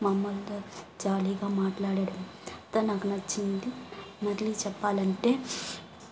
మా అమ్మ జాలీగా మాట్లాడడం అంత నాకు నచ్చింది మళ్ళీ చెప్పాలంటే